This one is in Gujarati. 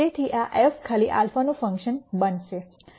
તેથી આ f ખાલી α નું ફંકશન બનશે